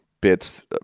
bits